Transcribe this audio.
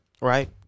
Right